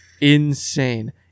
insane